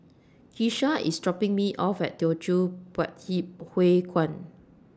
Keesha IS dropping Me off At Teochew Poit Ip Huay Kuan